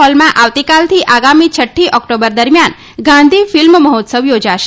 હોલમાં આવતીકાલથી આગામી છઠ્ઠ ઓકટોબર દરમિથાન ગાંધી ફિલ્મ મહોત્સવ ઘોજાશે